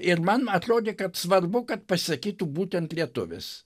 ir man atrodė kad svarbu kad pasisakytų būtent lietuvis